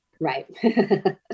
Right